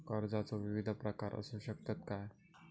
कर्जाचो विविध प्रकार असु शकतत काय?